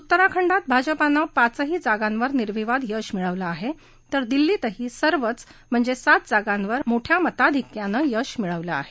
उत्तराखंडात भाजपाने पाचही जागांवर निर्विवाद यश मिळवलं आहे तर दिल्लीतही सर्व म्हणजे सात जागांवर यश मोठया मताधिक्यानं यश मिळवलं आहे